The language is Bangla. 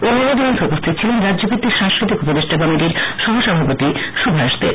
অন্যান্যদের মধ্যে উপস্থিত ছিলেন রাজ্যভিত্তিক সাংস্কৃতিক উপদেষ্টা কমিটির সহ সভাপতি সুভাষ দেব